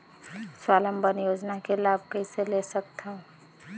स्वावलंबन योजना के लाभ कइसे ले सकथव?